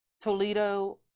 Toledo